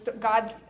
God